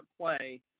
play